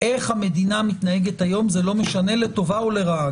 איך המדינה מתנהגת היום זה לא משנה לטובה או לרעה.